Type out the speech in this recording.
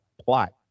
plot